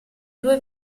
due